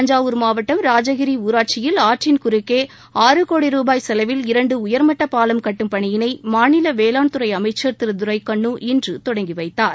தஞ்சாவூர் மாவட்டம் ராஜகிரி ஊராட்சியில் ஆற்றின் குறுக்கே ஆறு கோடி ரூபாய் செலவில் இரண்டு உயர்மட்ட பாலம் கட்டும் பணியினை மாநில வேளாண் துறை அமைச்சர் திரு துரைக்கண்ணு இன்று தொடங்கி வைத்தார்